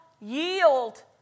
yield